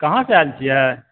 कहाँ से आयल छियै